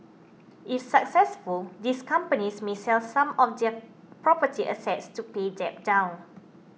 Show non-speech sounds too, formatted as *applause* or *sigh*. if successful these companies may sell some of *unintelligible* property assets to pay debt down